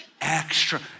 Extra